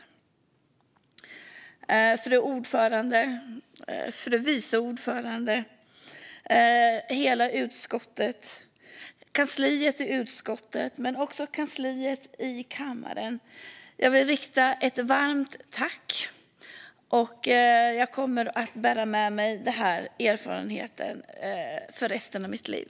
Jag vill rikta ett varmt tack till utskottets ordförande och vice ordförande, hela utskottet, utskottskansliet och kanslipersonalen i kammaren. Jag kommer att bära med mig denna erfarenhet för resten av mitt liv.